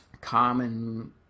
common